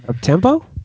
Tempo